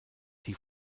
die